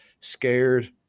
scared